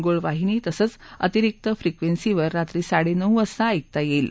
gold वाहिनी तसंच अतिरिक्त फ्रिक्वन्सीवर रात्री साडे नऊ वाजता ऐकता येईल